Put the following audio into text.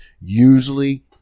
usually